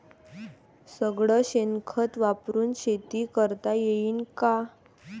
सगळं शेन खत वापरुन शेती करता येईन का?